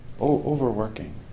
Overworking